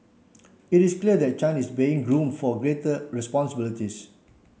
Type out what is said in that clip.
it is clear that Chan is being groomed for greater responsibilities